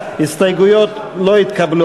הסתייגויות 1 44 לא אושרו.